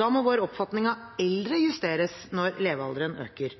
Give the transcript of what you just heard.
Da må vår oppfatning av eldre justeres når levealderen øker.